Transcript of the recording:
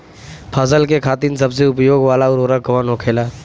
फसल के खातिन सबसे उपयोग वाला उर्वरक कवन होखेला?